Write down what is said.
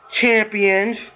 Champions